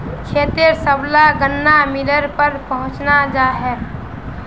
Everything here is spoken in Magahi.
खेतेर सबला गन्ना मिलेर पर पहुंचना छ